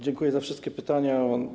Dziękuję za wszystkie pytania.